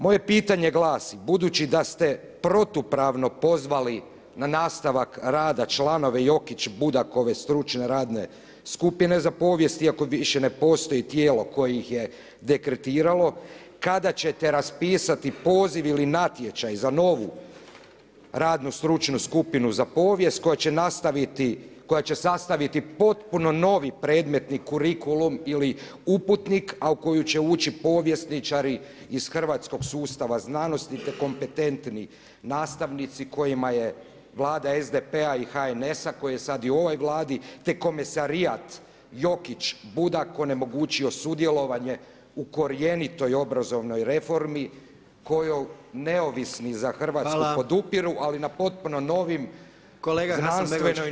Moje pitanje glasi, budući da ste protupravno pozvali na nastavak rada članove Jokić-Budakove stručne radne skupine za povijest iako više ne postoji tijelo koje ih je dekretiralo, kada ćete raspisati poziv ili natječaj za novu radnu skupinu za povijest koja će nastaviti, koja će sastaviti potpuno novi predmetni kurikulum ili uputnik a u koju će ući povjesničari iz hrvatskog sustava znanosti te kompetentni nastavnici kojima je Vlada SDP-a i HNS-a koji je sad i u ovoj Vladi te komesarijat Jokić-Budak onemogućio sudjelovanje u korjenitoj obrazovnoj reformi koju Neovisni za Hrvatsku podupiru ali na potpuno novim zdravstveno i nacionalno zdravim temeljima.